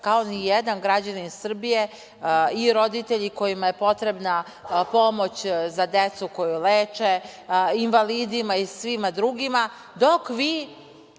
kao nijedan građanin Srbije i roditelji kojima je potrebna pomoć za decu koju leče, invalidima i svima drugima, dok vi,